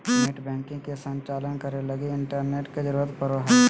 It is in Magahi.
नेटबैंकिंग के संचालन करे लगी इंटरनेट के जरुरत पड़ो हइ